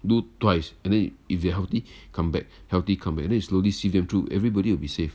do twice and then if you're healthy come back healthy come back and you slowly sieve them through and everybody will be safe